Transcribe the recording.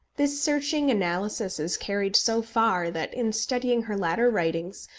this searching analysis is carried so far that, in studying her latter writings,